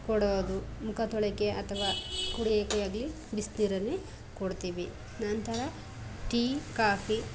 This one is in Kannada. ಕೊಡೋದು ಮುಖ ತೊಳೆಕೆ ಅಥ್ವಾ ಕುಡಿಯೋಕೆ ಆಗಲಿ ಬಿಸಿನೀರನ್ನೇ ಕೊಡ್ತೀವಿ ನಂತರ ಟೀ ಕಾಫಿ